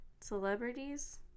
Celebrities